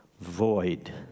void